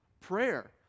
Prayer